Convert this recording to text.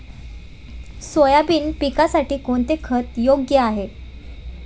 Soybean पिकासाठी कोणते खत योग्य आहे?